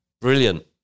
Brilliant